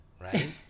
Right